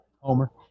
Homer